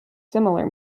similar